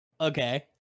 Okay